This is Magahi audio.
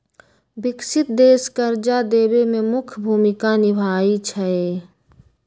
विकसित देश कर्जा देवे में मुख्य भूमिका निभाई छई